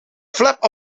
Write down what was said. flaps